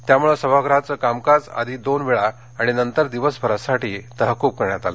त्यामुळे सभागृहाचं कामकाज आधी दोन वेळा आणि नंतर दिवसभरासाठी तहकूब करण्यात आलं